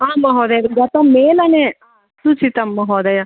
आं महोदय गतमेलने सूचितं महोदय